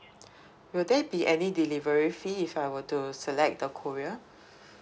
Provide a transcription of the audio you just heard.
will there be any delivery fee if I were to select the courier